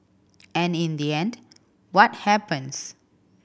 and in the end what happens